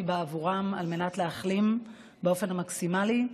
בעבורם על מנת להחלים באופן המקסימלי,